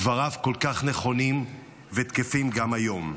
דבריו כל כך נכונים ותקפים גם היום: